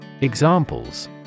Examples